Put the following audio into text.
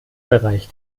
bereich